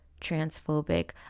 transphobic